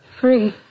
Free